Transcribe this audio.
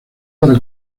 para